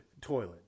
toilet